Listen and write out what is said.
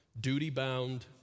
duty-bound